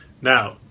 Now